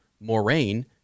Moraine